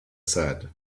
said